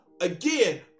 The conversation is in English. Again